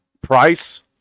price